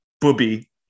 Booby